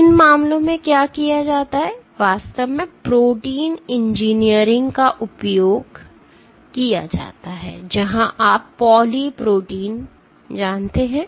तो इन मामलों में क्या किया जाता है वास्तव में प्रोटीन इंजीनियरिंग का उपयोग कर रहा है जहां आप पॉली प्रोटीन जानते हैं